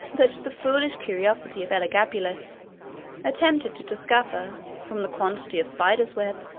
that the foolish curiosity of elagabalus attempted to discover, from the quantity of spiders' webs,